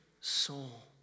soul